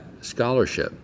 scholarship